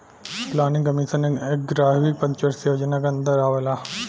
planning commission एग्यारहवी पंचवर्षीय योजना के अन्दर आवेला